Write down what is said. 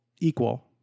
equal